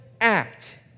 act